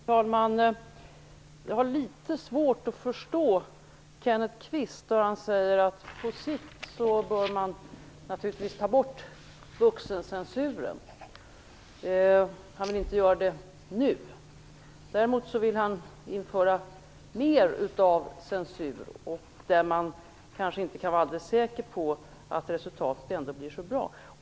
Herr talman! Jag har litet svårt att förstå Kenneth Kvist när han säger att vuxencensuren naturligtvis bör tas bort på sikt. Han vill inte göra det nu. Däremot vill han införa mer av censur på områden där man inte kan vara alldeles säker på att resultatet blir så bra.